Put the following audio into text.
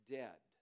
dead